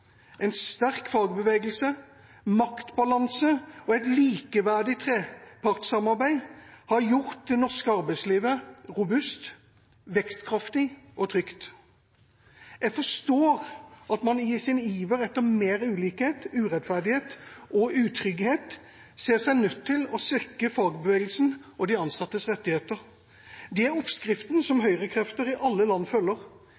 en sterk fagbevegelse, maktbalanse og et likeverdig trepartssamarbeid har gjort det norske arbeidslivet robust, vekstkraftig og trygt. Jeg forstår at man i sin iver etter mer ulikhet, urettferdighet og utrygghet ser seg nødt til å svekke fagbevegelsen og de ansattes rettigheter. Det er oppskriften som høyrekrefter i alle land følger.